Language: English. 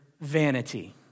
vanity